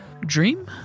dream